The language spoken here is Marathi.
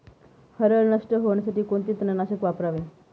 हरळ नष्ट होण्यासाठी कोणते तणनाशक वापरावे?